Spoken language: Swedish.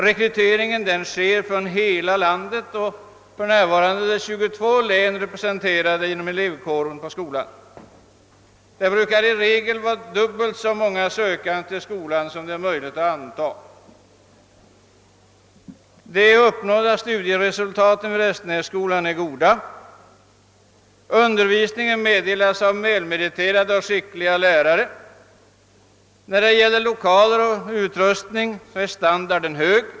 Rekryteringen sker från hela landet, och för närvarande är 22 län representerade inom skolans elevkår. Det brukar i regel vara dubbelt så många sökande till skolan som det är möjligt att anta. De uppnådda studieresultaten vid Restenässkolan är goda. Undervisningen meddelas av välmeriterade och skickliga lärare. När det gäller lokaler och utrustning är standarden hög.